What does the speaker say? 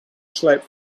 slept